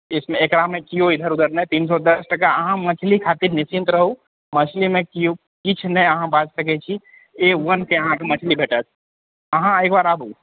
इसमे एकरामे केओ इधर उधर नहि तीन सए दश टका अहाँ मछली खातिर निश्चिन्त रहु मछलीमे केओ किछु नहि अहाँ बाजि सकैत छी ए वनके अहाँके मछली भेटत अहाँ एक बार आबु